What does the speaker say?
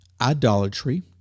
idolatry